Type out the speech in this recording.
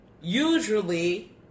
usually